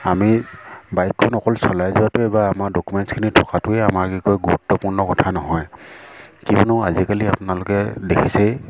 আমি বাইকখন অকল চলাই যোৱাটোৱে বা আমাৰ ডকুমেণ্টছখিনি থকাটোৱে আমাৰ কি কয় গুৰুত্বপূৰ্ণ কথা নহয় কিয়নো আজিকালি আপোনালোকে দেখিছেই